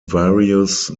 various